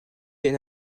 elle